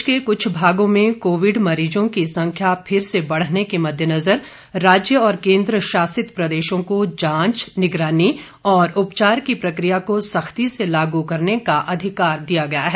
देश के कुछ भागों में कोविड मरीजों की संख्या फिर से बढ़ने के मद्देनजर राज्य और केन्द्रशासित प्रदेशों को जांच निगरानी और उपचार की प्रक्रिया को सख्ती से लागू करने का अधिकार दिया गया है